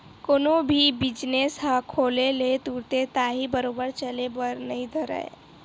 कोनो भी बिजनेस ह खोले ले तुरते ताही बरोबर चले बर नइ धरय